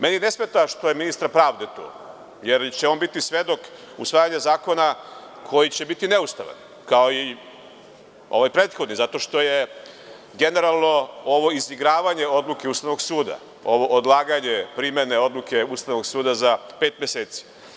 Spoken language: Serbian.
Meni ne smeta što je ministar pravde tu, jer će on biti svedok usvajanja zakona koji će biti neustavan, kao i ovaj prethodni, zato što je generalno ovo izigravanje odluke Ustavnog suda, ovo odlaganje primene odluke Ustavnog suda za pet meseci.